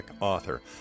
author